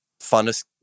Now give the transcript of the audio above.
funnest